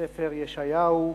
מספר ישעיהו,